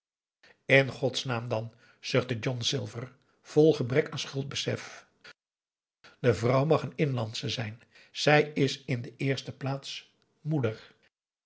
in godsnaam dan zuchtte john silver vol gebrek aan schuldbesef de vrouw mag een inlandsche zijn zij is in de eerste plaats moeder